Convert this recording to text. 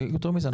יותר מזה,